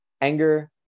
Anger